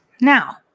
now